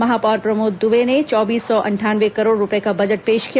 महापौर प्रमोद द्बे ने चौबीस सौ अंठानवे करोड़ रूपए का बजट पेश किया